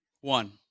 one